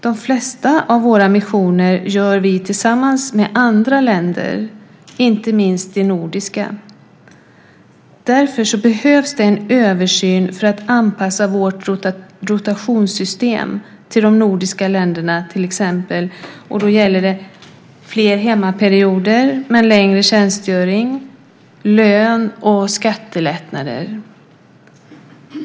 De flesta av våra missioner gör vi tillsammans med andra länder, inte minst de nordiska. Därför behövs det en översyn för att anpassa vårt rotationssystem till exempel till de nordiska ländernas. Då gäller det fler hemmaperioder, men längre tjänstgöring, lön och skattelättnader.